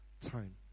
time